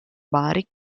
bari